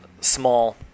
small